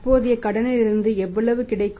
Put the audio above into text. தற்போதைய கடன்களிலிருந்து எவ்வளவு கிடைக்கும்